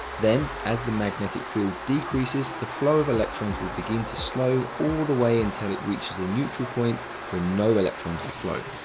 then, as the magnetic field decreases, the flow of electrons will begin to slow all the way until it reaches the neutral point when no electrons will flow.